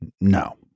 No